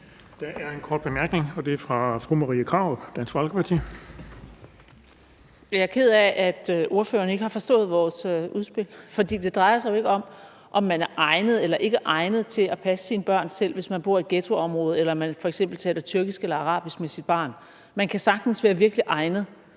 Der er en kort bemærkning, og det er fra fru Marie Krarup, Dansk Folkeparti. Kl. 18:44 Marie Krarup (DF): Jeg er ked af, at ordføreren ikke har forstået vores udspil, for det drejer sig jo ikke om, om man er egnet eller ikke egnet til at passe sine børn selv, hvis man bor i et ghettoområde eller man f.eks. taler tyrkisk eller arabisk med sit barn. Man kan sagtens være virkelig egnet